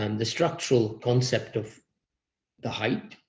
um the structural concept of the height.